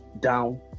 down